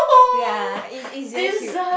ya is is very cute